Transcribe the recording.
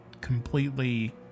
completely